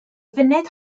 funud